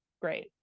great